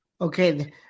Okay